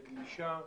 בגלישה.